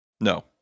no